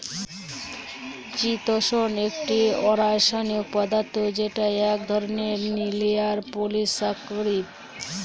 চিতোষণ একটি অরাষায়নিক পদার্থ যেটা এক ধরনের লিনিয়ার পলিসাকরীদ